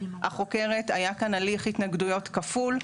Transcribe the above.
החוקרת היה כאן הליך התנגדויות כפול,